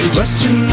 Question